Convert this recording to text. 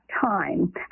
time